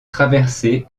traversé